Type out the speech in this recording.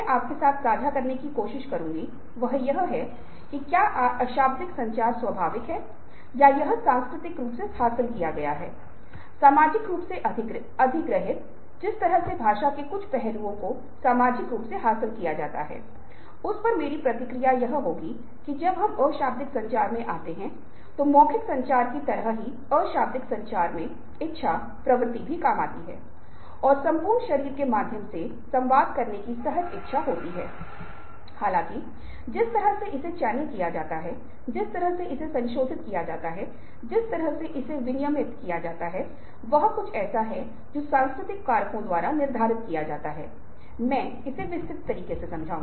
इसे साझा करने का कारण दो गुना है एक यह है कि यहां आपके पास सूचनाओं का एक सेट है और जहां भी यह जानकारी किसी चेहरे से मेल खाती है आपको प्रतिक्रियाओं का एक सेट मिलता है जहां प्रतिक्रियाओं का सेट एक चेहरे से मेल नहीं खाता है आप अभी भी इसकी वजह से ट्रिगर है क्योंकि आप जानते हैं कि इसके बावजूद यह कहा गया है कि यह वास्तव में ट्रिगर किया गया है और इसे एक साथ जोड़ा गया है और आपको विश्वास है कि आपको प्रतिक्रियाओं का एक और सेट मिलेगा